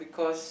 cause